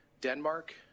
Denmark